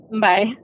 Bye